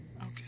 Okay